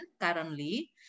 currently